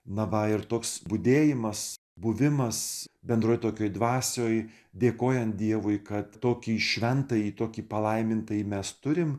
nava ir toks budėjimas buvimas bendroje tokioje dvasioje dėkojant dievui kad tokį šventąjį tokį palaimintąjį mes turime